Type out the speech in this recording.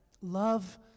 Love